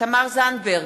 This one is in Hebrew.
תמר זנדברג,